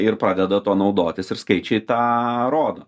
ir pradeda tuo naudotis ir skaičiai tą rodo